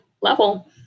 level